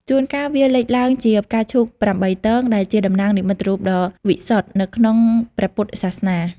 ជួនកាលវាលេចឡើងជា ផ្កាឈូកប្រាំបីទង ដែលជាតំណាងនិមិត្តរូបដ៏វិសុទ្ធនៅក្នុងព្រះពុទ្ធសាសនា។